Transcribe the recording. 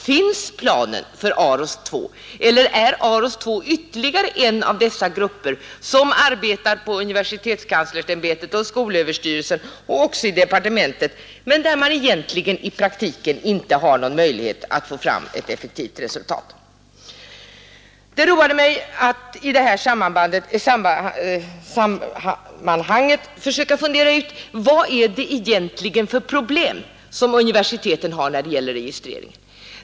Finns planen för AROS II eller är AROS II ytterligare en av dessa grupper som arbetar på universitetskanslersämbetet, i skolöverstyrelsen och även i departementet, men där man egentligen i praktiken inte har någon möjlighet att få fram ett effektivt resultat? Det roade mig att i det sammanhanget försöka fundera ut vilka problem som universiteten egentligen har när det gäller registreringen.